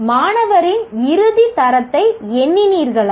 மாணவரின் இறுதி தரத்தை எண்ணினீர்களா